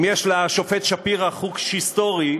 אם יש לשופט שפירא חוש היסטורי,